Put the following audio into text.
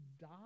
die